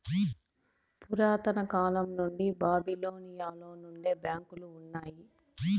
పురాతన కాలం నుండి బాబిలోనియలో నుండే బ్యాంకులు ఉన్నాయి